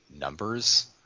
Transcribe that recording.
numbers